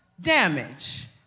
damage